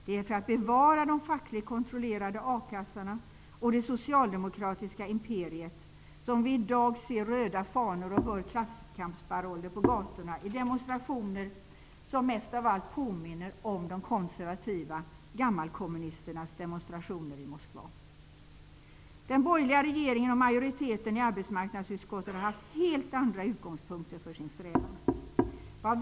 Det är för att bevara de fackligt kontrollerade a-kassorna och det socialdemokratiska imperiet som vi i dag ser röda fanor och hör klasskampsparoller på gatorna i demonstrationer som mest av allt påminner om de konservativa gammalkommunisternas demonstrationer i Den borgerliga regeringen och majoriteten i arbetsmarknadsutskottet har haft helt andra utgångspunkter för sin strävan.